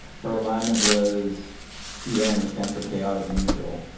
her alignment was cn, which stands for chaotic neutral.